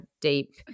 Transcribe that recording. deep